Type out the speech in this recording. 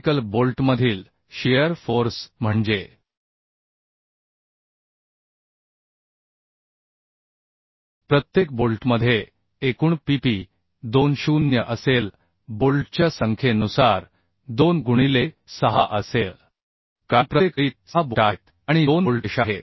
critical बोल्टमधील shear force म्हणजे प्रत्येक बोल्टमध्ये एकूण PP 2 00 असेल बोल्टच्या संख्येनुसार 2 गुणिले 6 असेल कारण प्रत्येक ओळीत 6 बोल्ट आहेत आणि 2 बोल्ट रेषा आहेत